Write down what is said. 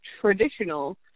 traditional